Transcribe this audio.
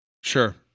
Sure